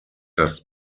das